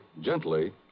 gently